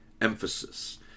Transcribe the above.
emphasis